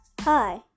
Hi